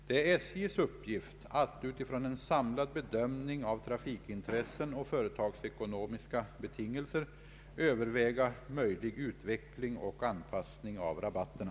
Det är SJ:s uppgift att — utifrån en samlad bedömning av trafikintressen och företagsekonomiska betingelser — överväga möjlig utveckling och anpassning av rabatterna.